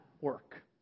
work